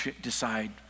decide